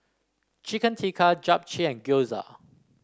Chicken Tikka Japchae and Gyoza